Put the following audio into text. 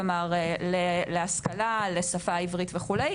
כלומר להשכלה לשפה העברית וכו',